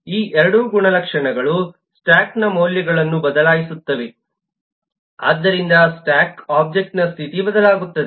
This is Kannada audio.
ಈ ಎರಡೂ ಗುಣಲಕ್ಷಣಗಳು ಸ್ಟ್ಯಾಕ್ನ ಮೌಲ್ಯಗಳನ್ನು ಬದಲಾಯಿಸುತ್ತವೆ ಆದ್ದರಿಂದ ಸ್ಟ್ಯಾಕ್ ಒಬ್ಜೆಕ್ಟ್ನ ಸ್ಥಿತಿ ಬದಲಾಗುತ್ತದೆ